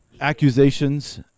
accusations